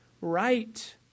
right